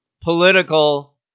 political